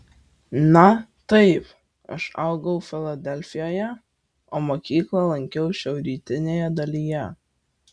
na taip aš augau filadelfijoje o mokyklą lankiau šiaurrytinėje dalyje